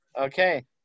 Okay